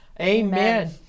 Amen